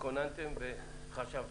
התכוננתם וחשבתם?